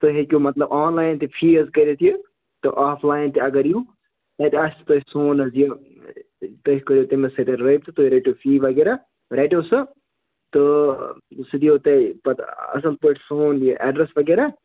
تُہۍ ہیٚکِو مطلب آن لایِن تہِ فی حظ کٔرِتھ یہِ تہٕ آف لایِن تہِ اگر یِیِو تَتہِ آسوٕ تۄہہِ سون حظ یہِ تُہۍ کٔرِو تٔمِس سۭتۍ رٲبطہٕ تُہۍ رٔٹِو فی وغیرہ رَٹٮ۪و سۅ تہٕ سُہ دِیو تُہۍ پَتہٕ اَصٕل پٲٹھۍ سون یہِ ایٚڈرَس وغیرہ